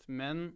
men